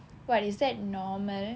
what is that normal